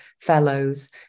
fellows